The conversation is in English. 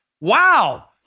Wow